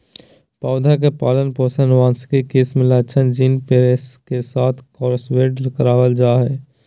पौधा के पालन पोषण आनुवंशिक किस्म लक्षण जीन पेश के साथ क्रॉसब्रेड करबाल जा हइ